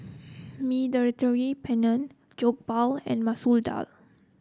Mediterranean Penne Jokbal and Masoor Dal